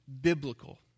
Biblical